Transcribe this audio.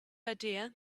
idea